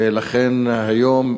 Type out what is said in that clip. ולכן היום,